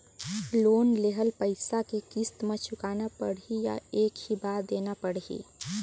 Loan लेहल पइसा के किस्त म चुकाना पढ़ही या एक ही बार देना पढ़ही?